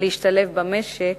להשתלב במשק